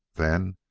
then,